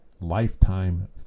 lifetime